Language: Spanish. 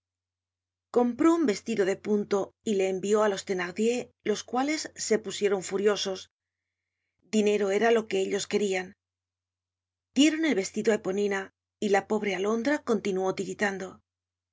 compró un vestido de punto y le envió á los thenardier los cuales se pusieron furiosos dinero era lo que ellos querian dieron el vestido á eponina y la pobre alondra continuó tiritando